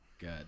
good